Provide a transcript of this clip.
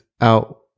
out